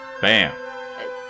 Bam